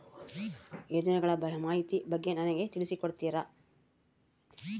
ಯೋಜನೆಗಳ ಮಾಹಿತಿ ಬಗ್ಗೆ ನನಗೆ ತಿಳಿಸಿ ಕೊಡ್ತೇರಾ?